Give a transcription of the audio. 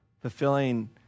fulfilling